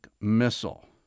missile